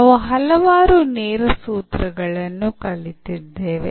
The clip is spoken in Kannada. ನಾವು ಹಲವಾರು ನೇರ ಸೂತ್ರಗಳನ್ನು ಕಲಿತಿದ್ದೇವೆ